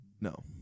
No